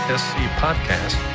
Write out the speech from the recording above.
scpodcast